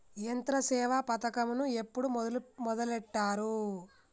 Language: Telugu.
యంత్రసేవ పథకమును ఎప్పుడు మొదలెట్టారు?